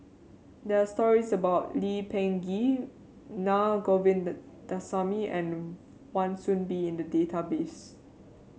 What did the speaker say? there are stories about Lee Peh Gee Naa and Wan Soon Bee in the database